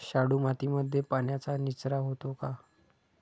शाडू मातीमध्ये पाण्याचा निचरा होतो का?